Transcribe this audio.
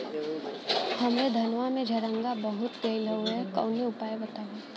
हमरे धनवा में झंरगा बहुत हो गईलह कवनो उपाय बतावा?